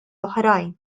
oħrajn